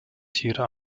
tiere